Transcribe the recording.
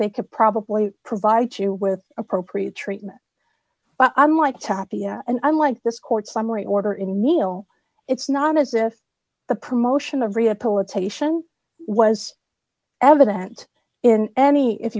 they could probably provide you with appropriate treatment but i'm like chappy and i'm like this court summary order in neal it's not as if the promotion of rehabilitation was evident in any if